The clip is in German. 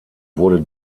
wurde